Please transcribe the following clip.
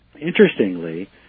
Interestingly